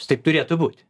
taip turėtų būti